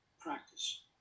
Practice